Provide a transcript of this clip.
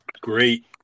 great